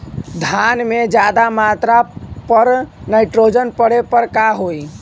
धान में ज्यादा मात्रा पर नाइट्रोजन पड़े पर का होई?